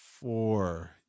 four